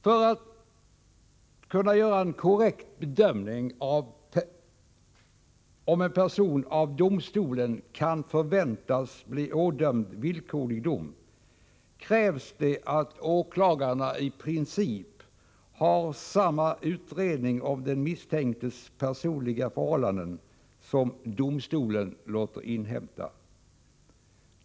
För att kunna göra en korrekt bedömning om en person av domstolen kan förväntas bli ådömd villkorlig dom krävs det att åklagarna i princip har samma utredning om den misstänktes personliga förhållanden som domstolen låter inhämta.